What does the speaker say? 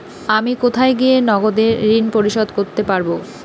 আমি কোথায় গিয়ে নগদে ঋন পরিশোধ করতে পারবো?